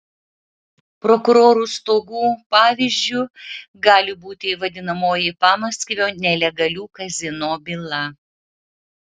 prokurorų stogų pavyzdžiu gali būti vadinamoji pamaskvio nelegalių kazino byla